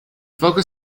focus